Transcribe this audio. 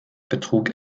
betrug